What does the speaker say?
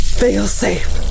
failsafe